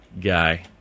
guy